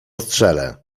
strzelę